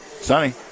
Sunny